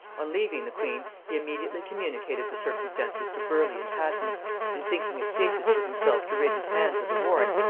on leaving the queen, he immediately communicated the circumstances to burleigh and hatton and thinking it safest for himself to rid his hands of the warrant,